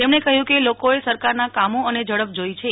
તેમણે કહયું કે લોકોએ સરકારના ક ામો અને ઝડપ જોઈ છે